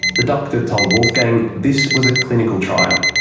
the doctor told wolfgang this was a clinical trial.